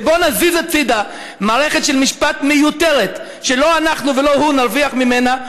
ובואו נזיז הצדה מערכה משפטית מיותרת שלא אנחנו ולא הוא לא נרוויח ממנה.